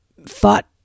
thought